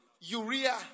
Urea